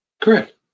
Correct